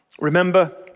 remember